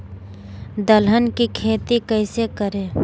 दलहन की खेती कैसे करें?